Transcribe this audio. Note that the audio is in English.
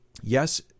yes